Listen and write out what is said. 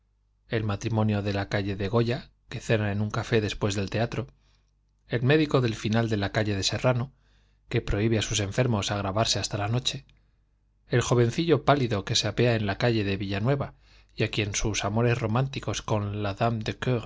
el matrimonio de la calle de goya que cena en un café después del teatro l médico del final de la calle de serrano que prohibe á sus enfermos gravarse hasta la noche el jovencillo pálido que se apea en la calle de villanueva y á quien sus amores románticos con